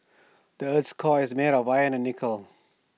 the Earth's core is made of iron and nickel